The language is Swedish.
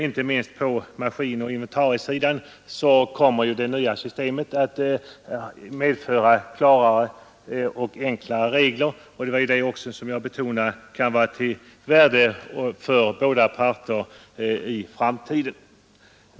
Inte minst på maskinoch inventariesidan kommer det nya systemet att medföra klarare och enklare regler. Detta kan, som jag betonade nyss, vara av värde för båda parter i framtiden.